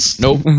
Nope